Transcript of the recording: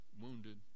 wounded